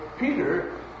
Peter